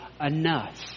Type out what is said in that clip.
enough